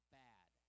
bad